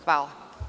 Hvala.